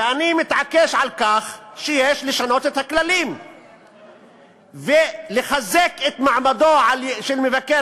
ואני מתעקש על כך שיש לשנות את הכללים ולחזק את מעמדו של מבקר